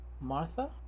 Martha